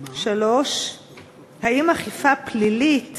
3. האם אכיפה פלילית